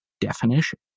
definition